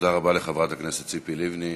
תודה רבה לחברת הכנסת ציפי לבני.